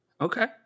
Okay